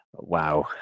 wow